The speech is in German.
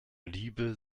liebe